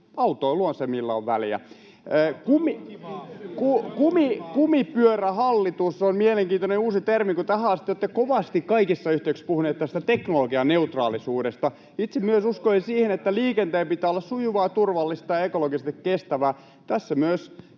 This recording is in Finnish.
perussuomalaisten ryhmästä] ”Kumipyörähallitus” on mielenkiintoinen uusi termi, kun tähän asti olette kovasti kaikissa yhteyksissä puhuneet teknologianeutraalisuudesta. Itse myös uskon siihen, että liikenteen pitää olla sujuvaa, turvallista ja ekologisesti kestävää. Tässä myös